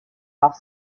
off